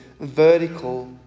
vertical